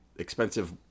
expensive